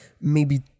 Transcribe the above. maybe-